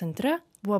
centre buvo